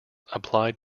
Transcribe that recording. applied